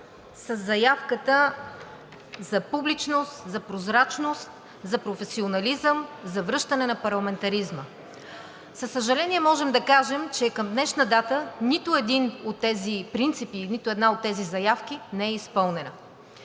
със заявката за публичност, за прозрачност, за професионализъм, за връщане на парламентаризма. Със съжаление можем да кажем, че към днешна дата нито един от тези принципи и нито една от тези заявки не е изпълнена.